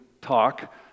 talk